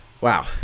wow